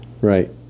Right